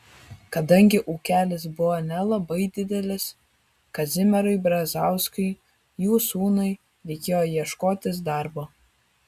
kadangi ūkelis buvo nelabai didelis kazimierui brazauskui jų sūnui reikėjo ieškotis darbo